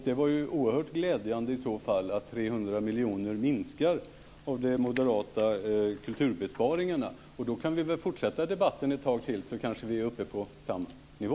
Det är ju oerhört glädjande i så fall - 300 miljoner minskar av de moderata kulturbesparingarna! Då kan vi väl fortsätta debatten ett tag till, så kanske vi hamnar uppe på samma nivå.